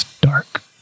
Dark